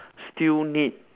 still need